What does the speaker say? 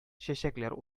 чәчәкләр